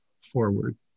forward